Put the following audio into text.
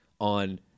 on